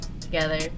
together